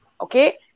Okay